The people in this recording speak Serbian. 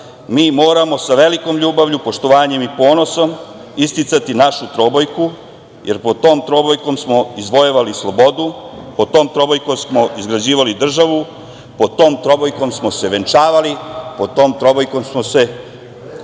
mi moramo sa velikom ljubavlju, poštovanjem i ponosom isticati našu trobojku, jer po tom trobojkom smo izvojevali slobodu, po tom trobojkom smo izgrađivali državu, po tom trobojkom smo se venčavali, po tom trobojkom smo se